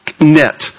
net